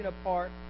apart